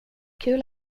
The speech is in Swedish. kul